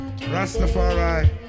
Rastafari